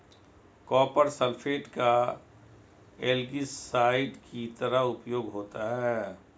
copper sulphate का algicide की तरह उपयोग होता है